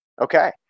Okay